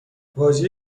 واژه